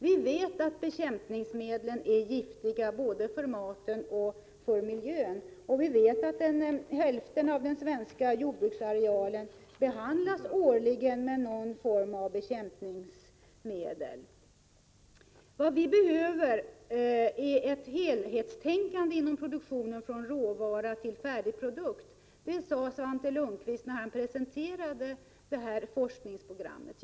Vi vet att bekämpningsmedlen är giftiga för både maten och miljön, och vi vet att hälften av den svenska jordbruksarealen årligen behandlas med någon form av bekämpningsmedel. Vad vi behöver är ett helhetstänkande inom produktionen, från råvara till färdig produkt — så sade Svante Lundkvist när han presenterade forskningsprogrammet.